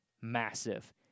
massive